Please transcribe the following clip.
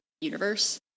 universe